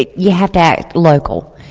you have to act local.